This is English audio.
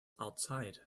outside